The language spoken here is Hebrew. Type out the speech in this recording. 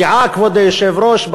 כבוד היושב-ראש,